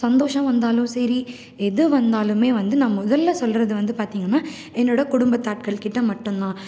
சந்தோஷம் வந்தாலும் சரி எது வந்தாலுமே வந்து நான் முதல்ல சொல்கிறது வந்து பார்த்திங்கன்னா என்னோடய குடும்பத்து ஆட்கள்கிட்ட மட்டுந்தான்